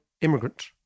immigrant